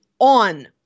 on